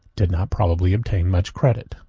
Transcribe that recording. did not probably obtain much credit,